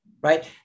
right